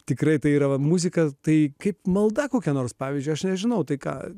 tikrai tai yra muzika tai kaip malda kokia nors pavyzdžiui aš nežinau tai ką